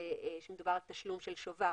תשלום של שובר.